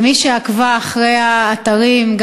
כמי שעקבה אחרי האתרים,